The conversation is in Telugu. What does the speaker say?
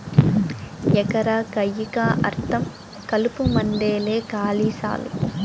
ఎకరా కయ్యికా అర్థం కలుపుమందేలే కాలి సాలు